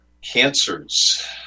Cancers